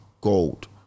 gold